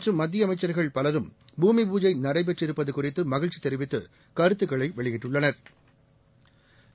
மற்றும் மத்திய அமைச்சுகள் பலரும் பூமி பூஜை நடைபெற்றிருப்பது குறித்து மகிழ்ச்சி தெரிவித்து கருத்துக்களை வெளியிட்டுள்ளனா்